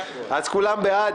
אז כולם בעד.